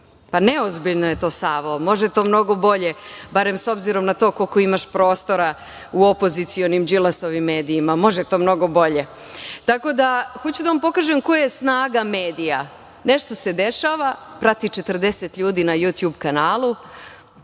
Pa, neozbiljno je to, Savo, može to mnogo bolje, barem s obzirom na to koliko imaš prostora u opozicionim Đilasovim medijima. Može to mnogo bolje. Tako da, hoću da vam pokažem koja je snaga medija. Nešto se dešava, prati 40 ljudi na Jutjub kanalu.